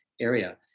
area